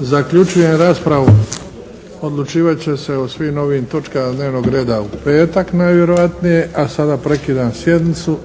Zaključujem raspravu. Odlučivat će se o svim ovim točkama dnevnog reda u petak najvjerojatnije, a sada prekidam sjednicu.